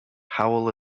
howell